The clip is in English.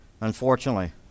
unfortunately